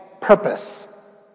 purpose